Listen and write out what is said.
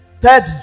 third